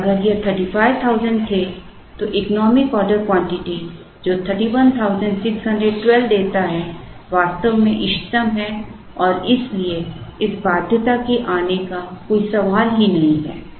और अगर यह 35000 थे तो इकोनॉमिक ऑर्डर क्वांटिटी जो 31612 देता है वास्तव में इष्टतम है और इसलिए इस बाध्यता के आने का कोई सवाल ही नहीं है